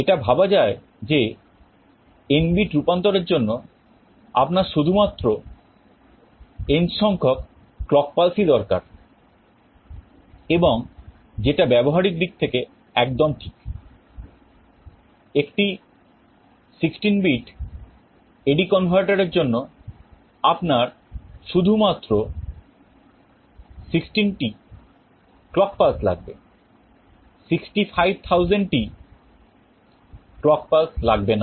এটা ভাবা যায় যে n বিট রূপান্তরের জন্য আপনার শুধুমাত্র n সংখ্যক clock pulseই দরকার এবং যেটা ব্যবহারিক দিক থেকে একদম ঠিক একটি 16 বিট AD converter এর জন্য আপনার শুধুমাত্র 16 টি clock pulse লাগবে 65000 টি clock pulse লাগবে না